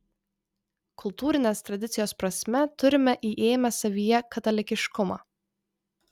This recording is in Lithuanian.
kultūrinės tradicijos prasme turime įėmę savyje katalikiškumą